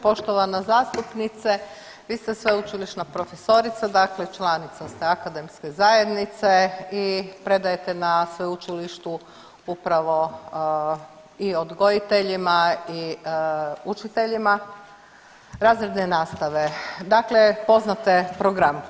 Poštovana zastupnice, vi ste sveučilišna profesorica, dakle članica ste akademske zajednice i predajete na sveučilištu upravo i odgojiteljima i učiteljima razredne nastave, dakle poznate program.